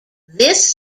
this